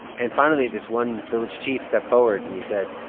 and finally, this one village chief stepped forward. and he said,